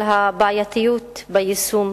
של הבעייתיות ביישום,